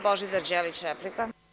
Božidar Đelić, replika.